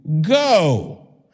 go